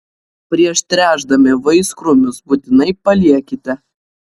prieš tręšdami vaiskrūmius būtinai paliekite